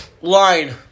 Line